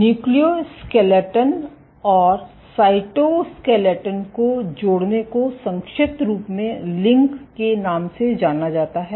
nucleo skeleton और cytoskeleton को जोड़ने को संक्षिप्त रूप में LINC के नाम से जाना जाता है